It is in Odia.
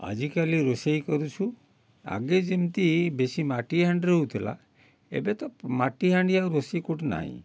ଆଜିକାଲି ରୋଷେଇ କରୁଛୁ ଆଗେ ଯେମିତି ବେଶୀ ମାଟି ହାଣ୍ଡିରେ ହେଉଥିଲା ଏବେ ତ ମାଟି ହାଣ୍ଡି ଆଉ ରୋଷେଇ କେଉଁଠି ନାହିଁ